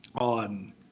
on